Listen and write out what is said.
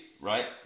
right